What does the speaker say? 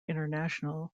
international